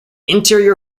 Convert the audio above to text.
interior